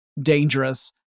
dangerous